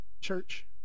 Church